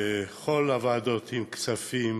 בכל הוועדות, כספים,